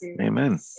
amen